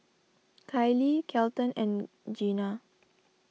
Kylee Kelton and Gena